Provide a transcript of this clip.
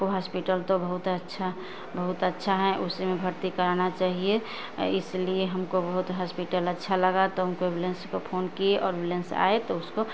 hospital तो बहुत अच्छा बहुत अच्छा है उसी में भर्ती कराना करना चाहिए इसलिए हमको बहुत हॉस्पिटल अच्छा लगा तो हम को एम्बुलेंस को फोन किये और एम्बुलेंस आये तो उसको